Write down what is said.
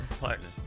partner